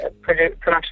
production